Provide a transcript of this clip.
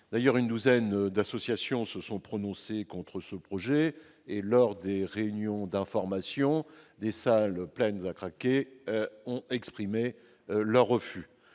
D'ailleurs, une douzaine d'associations se sont prononcées contre ce projet et, lors des réunions d'information, les populations concernées ont exprimé leur refus